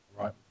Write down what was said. Right